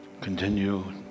Continue